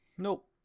Nope